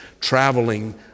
traveling